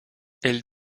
elle